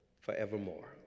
forevermore